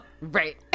Right